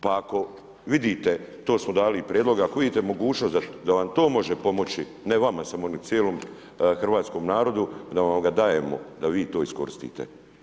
Pa ako vidite, to smo dali i prijedlog, ako vidite mogućnost da vam to može pomoći, ne vama samo, nego cijelom hrvatskom narodu da vam ga dajemo da vi to iskoristite.